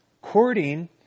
Courting